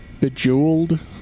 Bejeweled